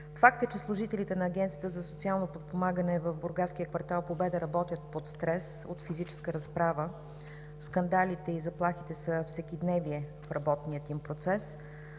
Фактът е, че служителите на Агенцията за социално подпомагане в бургаския квартал „Победа“ работят под стрес от физическа разправа, скандалите и заплахите са всекидневие в работния им процес.